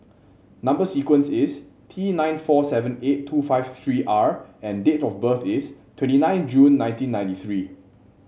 number sequence is T nine four seven eight two five three R and date of birth is twenty nine June nineteen ninety three